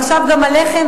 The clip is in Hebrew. ועכשיו גם הלחם,